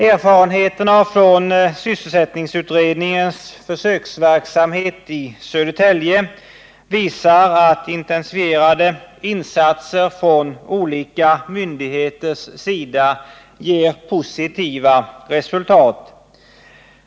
Erfarenheterna från syssel sättningsutredningens försöksverksamhet i Södertälje visar att intensifierade insatser från olika myndigheters sida ger positiva resultat.